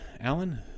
Alan